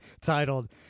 titled—